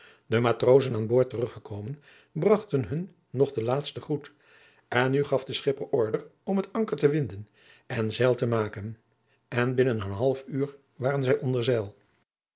de matrozen aan boord teruggekomen bragten hun nog den laatsten groet en nu gaf de schipper order om het anker te winden en zeil te maken en binnen een half uur waren zij onder zeil